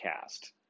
cast